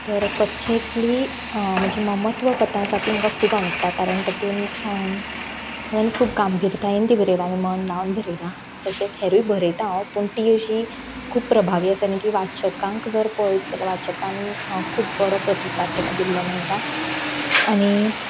तर कथेंतली म्हजी ममत्व कथा आसा ती म्हाका खूब आवडटा कारण तातूंत हांवें खूब गांभिर्यतायेन ती बरयल्या आनी मन लावन ती बरयल्या तशें हेरूय बरयता हांव पूण ती अशी खूब प्रभावी आसा आनी ती वाचकांक जर पळयत जाल्या वाचकान खूब बरो प्रतिसाद दिला ताका दिल्लो मेळटा